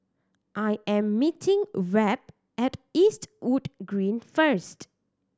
I am meeting Webb at Eastwood Green first